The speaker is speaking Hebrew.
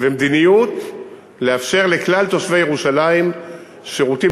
ומדיניות לאפשר לכלל תושבי ירושלים שירותים